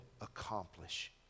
accomplish